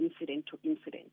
incident-to-incident